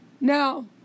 Now